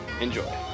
Enjoy